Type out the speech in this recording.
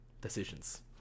decisions